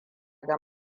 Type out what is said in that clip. ga